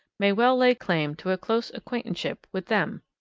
may well lay claim to a close acquaintanceship with them.